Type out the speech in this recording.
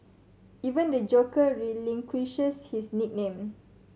even the Joker relinquishes his nickname